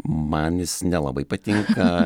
man jis nelabai patinka